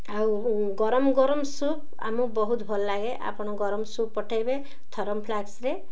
ଆଉ ଗରମ ଗରମ ସୁପ୍ ଆମକୁ ବହୁତ ଭଲ ଲାଗେ ଆପଣ ଗରମ ସୁପ୍ ପଠେଇବେ ଥର୍ମୋଫ୍ଲାସ୍କରେ